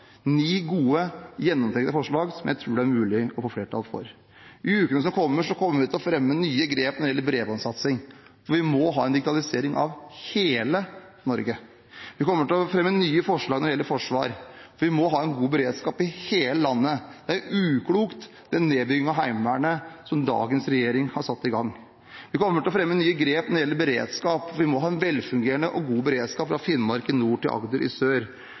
ni forslag – ni gode, gjennomtenkte forslag som jeg tror det er mulig å få flertall for. I ukene som kommer, kommer vi til å fremme nye grep når det gjelder bredbåndsatsing, for vi må ha en digitalisering av hele Norge. Vi kommer til å fremme nye forslag når det gjelder forsvar, for vi må ha en god beredskap i hele landet. Den nedbyggingen av Heimevernet som dagens regjering har satt i gang, er uklok. Vi kommer til å fremme nye grep når det gjelder beredskap. Vi må ha en velfungerende og god beredskap fra Finnmark i nord til Agder i sør.